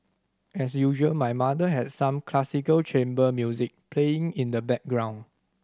as usual my mother had some classical chamber music playing in the background